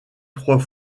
trois